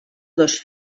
dos